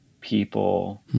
people